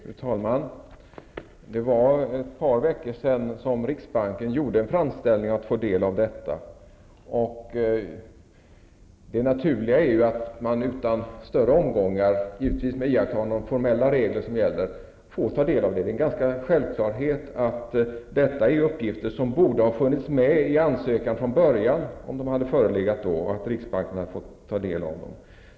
Fru talman! Det var ett par veckor sedan som riksbanken gjorde en framställning för att få ta del av materialet. Det naturliga är ju att riksbanken utan större omgångar, men givetvis med iakttagande av de formella regler som gäller, får ta del av sådant material. Det är ganska självklart att detta är uppgifter som från början, om de förelåg då, borde ha funnits med i ansökan och att riksbanken då borde ha fått ta del av dem.